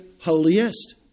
holiest